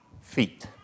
Feet